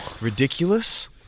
Ridiculous